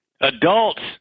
Adults